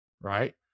right